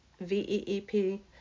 V-E-E-P